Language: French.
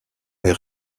est